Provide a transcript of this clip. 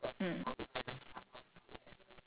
I think my mother is damn talented